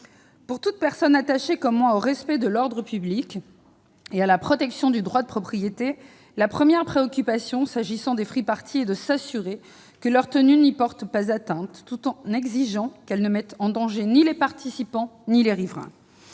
Pour toute personne attachée comme moi au respect de l'ordre public et à la protection du droit de propriété, la première préoccupation, s'agissant des free-parties, est de s'assurer que leur tenue n'y porte pas atteinte, tout en exigeant qu'elles ne mettent en danger ni les participants ni les riverains.